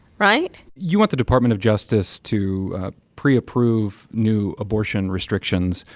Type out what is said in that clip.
right? you want the department of justice to pre-approve new abortion restrictions.